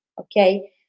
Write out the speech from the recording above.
okay